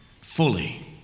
fully